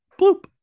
Bloop